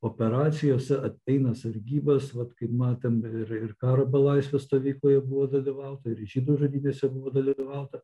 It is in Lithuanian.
operacijose eina sargybas vat kaip matėm ir ir karo belaisvių stovykloje buvo dalyvauta ir žydų žudynėse buvo dalyvauta